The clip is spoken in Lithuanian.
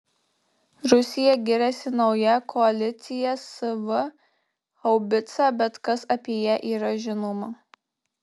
rusija giriasi nauja koalicija sv haubica bet kas apie ją yra žinoma